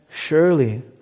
surely